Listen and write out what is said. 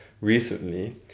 recently